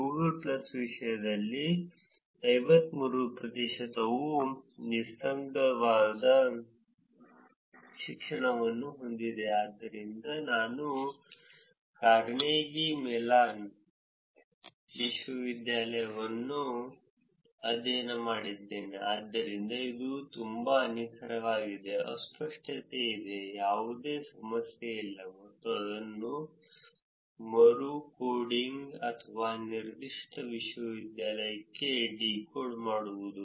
Google plus ವಿಷಯದಲ್ಲಿ 53 ಪ್ರತಿಶತವು ನಿಸ್ಸಂದಿಗ್ಧವಾದ ಶಿಕ್ಷಣವನ್ನು ಹೊಂದಿದೆ ಆದ್ದರಿಂದ ನಾನು ಕಾರ್ನೆಗೀ ಮೆಲಾನ್ ವಿಶ್ವವಿದ್ಯಾಲಯವನ್ನು ಅಧ್ಯಯನ ಮಾಡಿದ್ದೇನೆ ಆದ್ದರಿಂದ ಅದು ತುಂಬಾ ನಿಖರವಾಗಿದೆ ಅಸ್ಪಷ್ಟತೆ ಇದೆ ಯಾವುದೇ ಸಮಸ್ಯೆ ಇಲ್ಲ ಮತ್ತು ಅದನ್ನು ಮರುಕೋಡಿಂಗ್ ಅಥವಾ ನಿರ್ದಿಷ್ಟ ವಿಶ್ವವಿದ್ಯಾಲಯಕ್ಕೆ ಡಿಕೋಡ್ ಮಾಡುವುದು